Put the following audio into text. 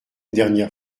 dernière